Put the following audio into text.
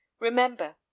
Remember